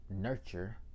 nurture